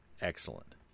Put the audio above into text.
excellent